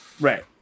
right